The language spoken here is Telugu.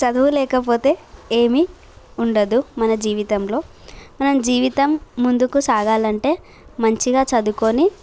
చదువులేకపోతే ఏమి ఉండదు మన జీవితంలో మనం జీవితం ముందుకు సాగాలంటే మంచిగా చదువుకొని